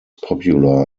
popular